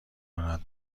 ناراحت